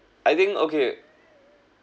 I think okay